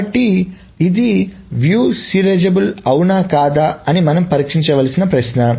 కాబట్టి ఇది వీక్షణ సీరియలైజబుల్ అవునా కాదా అని మనం పరీక్షించాల్సిన ప్రశ్న